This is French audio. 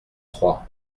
trois